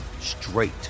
straight